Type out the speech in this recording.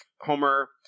Homer